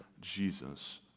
Jesus